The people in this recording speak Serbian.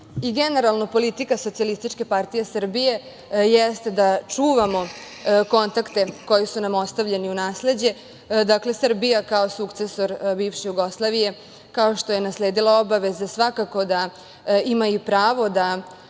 rezultate. Generalno, politika SPS jeste da čuvamo kontakte koji su nam ostavljeni u nasleđe. Dakle, Srbija kao sukcesor bivše Jugoslavije, kao što je nasledila obaveze, svakako da ima i pravo da